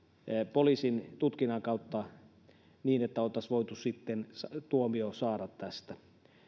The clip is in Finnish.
poliisin tutkinnan kautta niin että oltaisiin voitu sitten tuomio saada tästä